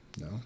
no